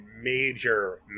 major